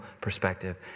perspective